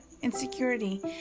insecurity